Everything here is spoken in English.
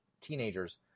teenagers